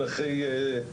ואיך הוא